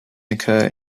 occur